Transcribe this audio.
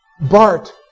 Bart